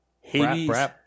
Hades